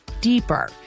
deeper